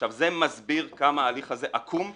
עכשיו, זה מסביר כמה ההליך הזה עקום ומעוות.